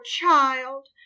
child